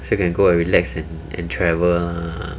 so you can go a relax and and travel lah